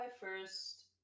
first